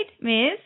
miss